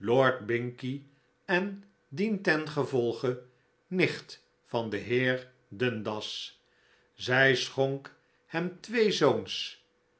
binkie en dientengevolge nicht van den heer dundas zij schonk hem twee zoons